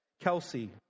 Kelsey